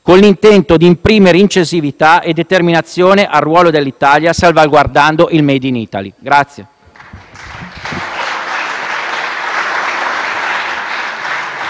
con l'intento di imprimere incisività e determinazione al ruolo dell'Italia, salvaguardando il *made in Italy*.